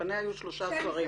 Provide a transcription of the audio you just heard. לפניה היו שלושה אחרים.